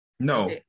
No